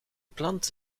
plant